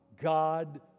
God